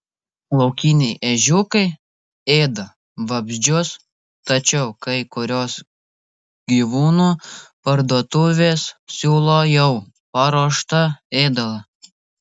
laukiniai ežiukai ėda vabzdžius tačiau kai kurios gyvūnų parduotuvės siūlo jau paruoštą ėdalą